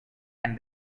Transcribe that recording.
and